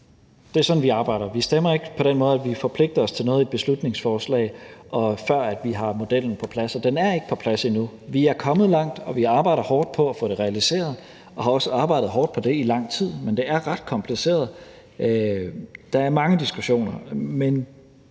Det er sådan, vi arbejder. Vi stemmer ikke på den måde, at vi forpligter os til noget i et beslutningsforslag, før vi har modellen på plads, og den er ikke på plads endnu. Vi er kommet langt, og vi arbejder hårdt på at få det realiseret, og vi har også arbejdet hårdt på det i lang tid. Men det er ret kompliceret. Der er mange diskussioner.